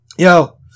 Yo